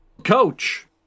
Coach